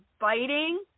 biting